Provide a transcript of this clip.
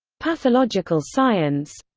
pathological science